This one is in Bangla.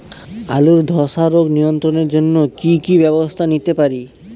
আলুর ধ্বসা রোগ নিয়ন্ত্রণের জন্য কি কি ব্যবস্থা নিতে পারি?